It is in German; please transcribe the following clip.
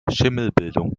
schimmelbildung